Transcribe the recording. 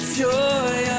joy